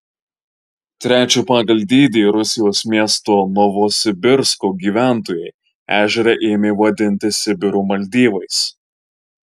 trečio pagal dydį rusijos miesto novosibirsko gyventojai ežerą ėmė vadinti sibiro maldyvais